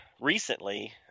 recently